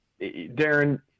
Darren